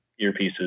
earpieces